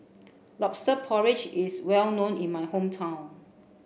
lobster porridge is well known in my hometown